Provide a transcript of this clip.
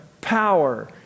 power